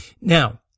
Now